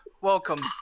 welcome